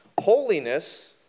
Holiness